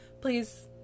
Please